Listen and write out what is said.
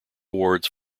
awards